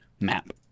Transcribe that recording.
map